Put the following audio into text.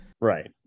Right